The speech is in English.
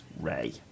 Ray